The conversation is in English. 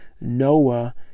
Noah